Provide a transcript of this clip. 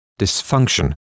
dysfunction